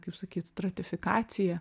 kaip sakyt stratifikacija